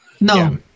no